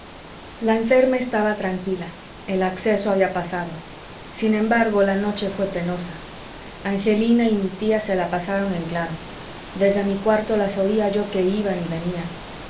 la enferma estaba tranquila el acceso había pasado sin embargo la noche fué penosa angelina y mi tía se la pasaron en claro desde mi cuarto las oía yo que iban y venían